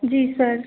जी sir